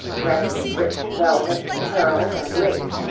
dressed in rich velvet, pearls, and lace,